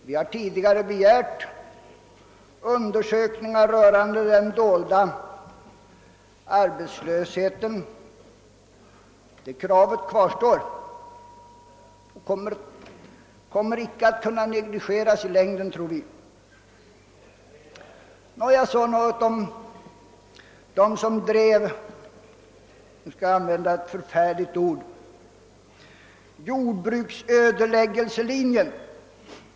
Vi har begärt undersökningar rörande den dolda arbetslösheten. Det kravet kvarstår och, tror vi, kommer icke att kunna negligeras i längden. Så några ord om dem som för ett par år sedan som värst drev — nu skall jag använda ett förfärligt ord — jordbruksödeläggelselinjen.